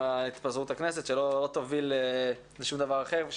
התפזרות הכנסת שלא תוביל לשום דבר אחר מה